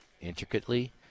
intricately